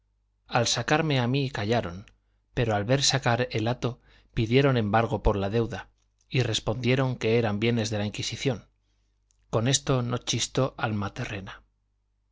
al sacarme a mí callaron pero al ver sacar el hato pidieron embargo por la deuda y respondieron que eran bienes de la inquisición con esto no chistó alma